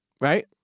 right